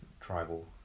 tribal